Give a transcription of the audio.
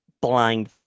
blind